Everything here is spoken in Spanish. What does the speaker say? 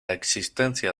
existencia